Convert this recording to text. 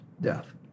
death